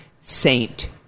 saint